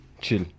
chill